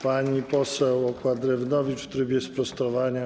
Pani poseł Okła-Drewnowicz w trybie sprostowania.